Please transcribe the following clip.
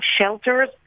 shelters